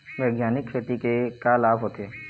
बैग्यानिक खेती के का लाभ होथे?